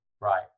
Right